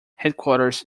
headquarters